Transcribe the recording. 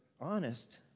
honest